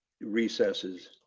recesses